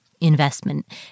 investment